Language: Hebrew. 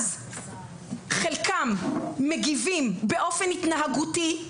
חלקם מגיבים באופן התנהגותי,